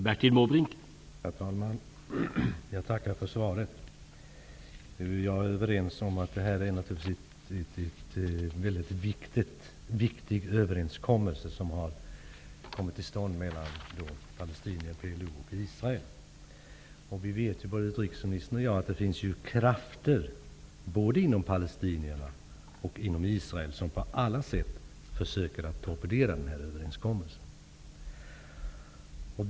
Herr talman! Jag tackar för svaret. Jag är överens med utrikesministern om att det är en viktig överenskommelse som har kommit till stånd mellan palestinier, PLO, och Israel. Både utrikesministern och jag vet att det finns krafter både bland palestinierna och inom Israel som på alla sätt försöker att torpedera överenskommelsen.